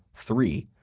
three,